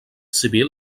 civil